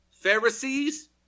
Pharisees